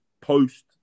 post